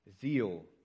zeal